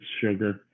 sugar